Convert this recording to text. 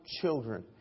children